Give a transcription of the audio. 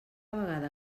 vegada